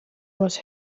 was